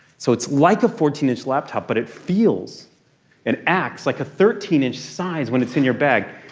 so it's like a fourteen inch laptop, but it feels and acts like a thirteen inch size when it's in your bag.